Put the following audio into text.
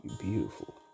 beautiful